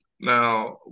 Now